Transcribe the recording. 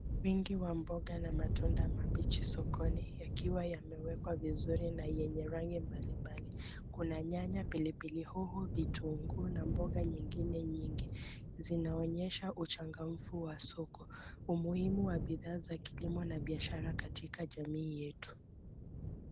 Wingi wa mboga na matunda mabichi sokoni yakiwa yamewekwa vizuri na yenye rangi mbalimbali. Kuna nyanya, pilipili hoho, vitunguu na mboga nyingine nyingi. Zinaonyesha uchanga mfu wa soko, umuhimu wa bidhaa za kilimo na biashara katika jamii yetu.